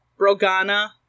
Brogana